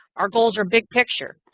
our goals are big picture.